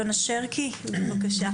דרישת ההורים שהילדים יקבלו במקביל